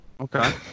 Okay